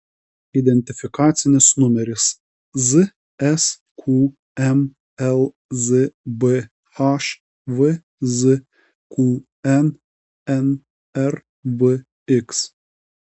identifikacinis numeris zsqm lzbh vzqn nrvx